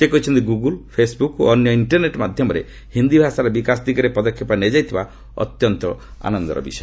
ସେ କହିଛନ୍ତି Google Facebook ଓ ଅନ୍ୟ ଇଷ୍ଟରନେଟ୍ ମାଧ୍ୟମରେ ହିନ୍ଦୀ ଭାଷାର ବିକାଶ ଦିଗରେ ପଦକ୍ଷେପ ନିଆଯାଇଥିବା ଅତ୍ୟନ୍ତ ଆନନ୍ତର ବିଷୟ